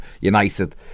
United